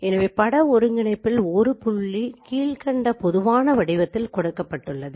எனவே பட ஒருங்கிணைப்பில் ஒரு புள்ளி கீழ்கண்ட பொதுவான வடிவத்தில் கொடுக்கப்பட்டுள்ளது